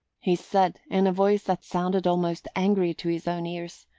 he said, in a voice that sounded almost angry to his own ears.